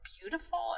beautiful